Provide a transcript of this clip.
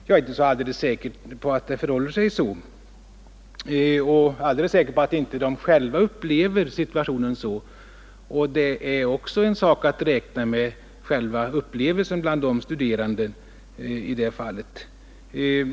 Jag är inte så säker på att det förhåller sig så, men jag är alldeles säker på att vederbörande själv inte upplever situationen så — och själva upplevelsen hos de studerande är ju också en sak att räkna med.